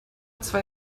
zwei